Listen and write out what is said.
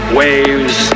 waves